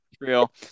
real